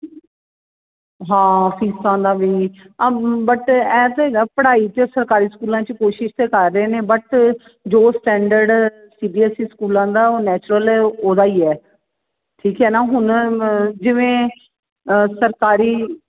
ਹਾਂ ਫੀਸਾਂ ਦਾ ਵੀ ਇਹ ਬਟ ਹੈ ਤਾਂ ਹੈਗਾ ਪੜ੍ਹਾਈ 'ਚ ਸਰਕਾਰੀ ਸਕੂਲਾਂ 'ਚ ਕੋਸ਼ਿਸ਼ ਤਾਂ ਕਰ ਰਹੇ ਨੇ ਬਟ ਜੋ standard C B S E ਸਕੂਲਾਂ ਦਾ ਉਹ ਨੈਚੁਰਲ ਉਹਦਾ ਹੀ ਹੈ ਠੀਕ ਹੈ ਨਾ ਹੁਣ ਜਿਵੇਂ ਸਰਕਾਰੀ